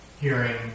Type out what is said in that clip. Hearing